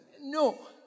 No